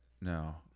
No